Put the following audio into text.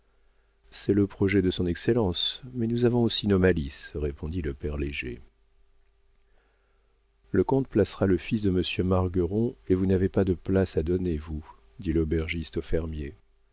c'est le projet de son excellence mais nous avons aussi nos malices répondit le père léger le comte placera le fils de monsieur margueron et vous n'avez pas de place à donner vous dit l'aubergiste au fermier